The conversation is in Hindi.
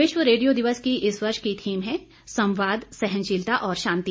विश्व रेडियो दिवस की इस वर्ष की थीम है संवाद सहनशीलता और शांति